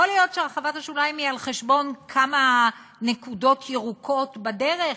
יכול להיות שהרחבת השוליים היא על חשבון כמה נקודות ירוקות בדרך,